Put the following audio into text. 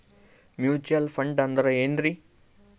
Mutual fund ಅಂದ್ರೆನ್ರಿ?